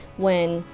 when.